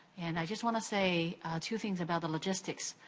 and i just wanna say two things about the logistics.